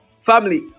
family